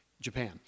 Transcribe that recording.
Japan